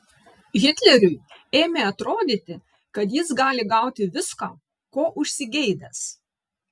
hitleriui ėmė atrodyti kad jis gali gauti viską ko užsigeidęs